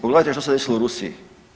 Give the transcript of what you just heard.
Pogledajte što se desilo Rusiji?